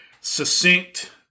succinct